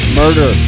murder